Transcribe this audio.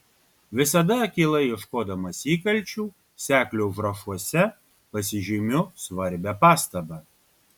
visada akylai ieškodamas įkalčių seklio užrašuose pasižymiu svarbią pastabą